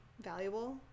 valuable